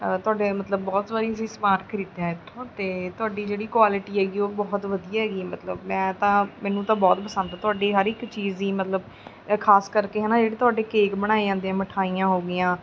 ਤੁਹਾਡੇ ਮਤਲਬ ਬਹੁਤ ਵਾਰੀ ਅਸੀਂ ਸਮਾਨ ਖਰੀਦਿਆ ਇੱਥੋਂ ਅਤੇ ਤੁਹਾਡੀ ਜਿਹੜੀ ਕੁਆਲਿਟੀ ਹੈਗੀ ਉਹ ਬਹੁਤ ਵਧੀਆ ਹੈਗੀ ਮਤਲਬ ਮੈਂ ਤਾਂ ਮੈਨੂੰ ਤਾਂ ਬਹੁਤ ਪਸੰਦ ਤੁਹਾਡੀ ਹਰ ਇੱਕ ਚੀਜ਼ ਦੀ ਮਤਲਬ ਖਾਸ ਕਰਕੇ ਹੈ ਨਾ ਜਿਹੜੀ ਤੁਹਾਡੇ ਕੇਕ ਬਣਾਏ ਜਾਂਦੇ ਆ ਮਿਠਾਈਆਂ ਹੋ ਗਈਆਂ